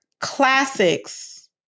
classics